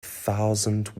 thousand